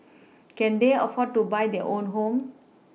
can they afford to buy their own home